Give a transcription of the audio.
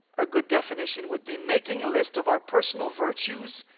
a good definition would be making a list of our personal virtues,